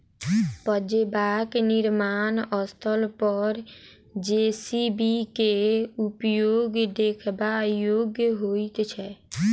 पजेबाक निर्माण स्थल पर जे.सी.बी के उपयोग देखबा योग्य होइत छै